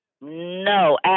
No